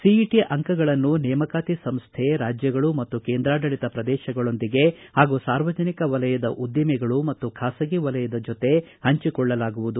CET ಅಂಕಗಳನ್ನು ನೇಮಕಾತಿ ಸಂಸ್ಥೆ ರಾಜ್ಯಗಳು ಮತ್ತು ಕೇಂದ್ರಾಡಳಿತ ಪ್ರದೇಶಗಳೊಂದಿಗೆ ಹಾಗೂ ಸಾರ್ವಜನಿಕ ವಲಯದ ಉದ್ದಿಮೆಗಳು ಮತ್ತು ಖಾಸಗಿ ವಲಯದ ಜೊತೆ ಹಂಚಿಕೊಳ್ಳಲಾಗುವುದು